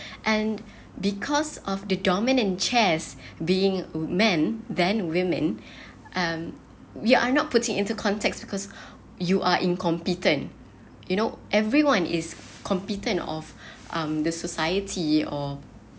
and because of the domain and chairs being men then women um we are not putting into context because you are incompetent you know everyone is competent of um the society or